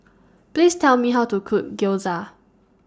Please Tell Me How to Cook Gyoza